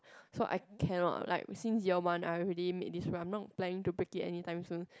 so I cannot like since year one I already made this I'm not planning to break it any time soon